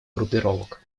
группировок